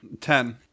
Ten